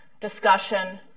discussion